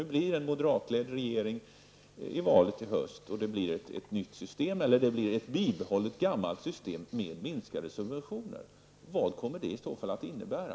Om det blir en moderatledd regering efter höstens val vore det mycket intressant att få veta om det blir ett nytt system eller ett bibehållet gammalt system med minskade subventioner. Vad kommer det i så fall att innebära?